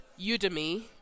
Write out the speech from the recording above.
Udemy